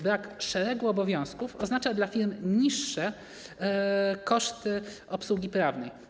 Brak szeregu obowiązków oznacza dla firm niższe koszty obsługi prawnej.